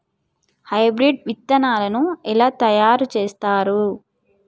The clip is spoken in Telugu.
హైబ్రిడ్ విత్తనాలను ఎలా తయారు చేస్తారు?